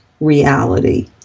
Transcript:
reality